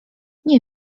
nie